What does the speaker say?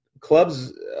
Clubs